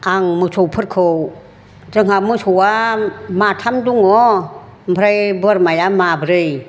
आं मोसौफोरखौ जोंहा मोसौआ माथाम दङ ओमफ्राय बोरमाया माब्रै